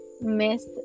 miss